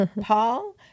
paul